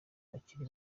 bakiri